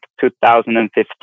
2015